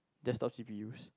desktop C_P_Us